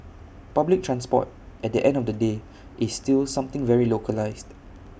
public transport at the end of the day is still something very localised